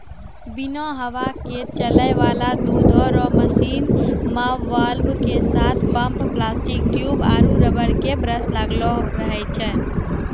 बिना हवा के चलै वाला दुधो रो मशीन मे वाल्व के साथ पम्प प्लास्टिक ट्यूब आरु रबर के ब्रस लगलो रहै छै